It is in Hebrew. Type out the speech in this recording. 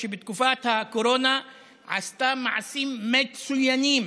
שבתקופת הקורונה עשתה מעשים מצוינים,